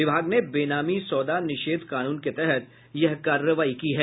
विभाग ने बेनामी सौदा निषेध कानून के तहत यह कार्रवाई की है